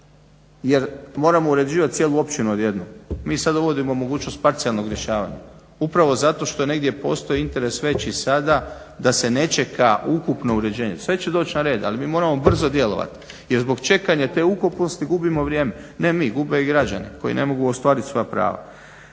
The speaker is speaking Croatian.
jer moramo uređivati cijelu općinu odjednom. Mi sada uvodimo mogućnost parcijalnog rješavanja, upravo zato što negdje postoji interes veći sada da se ne čeka ukupno uređenje. Sve će doći na red ali mi moramo brzo djelovati jer zbog čekanja te ukupnosti gubimo vrijeme. Ne mi, gube i građani koji ne mogu ostvarit svoja prava.